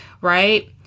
right